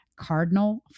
cardinal